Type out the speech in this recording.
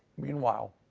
meanwhile.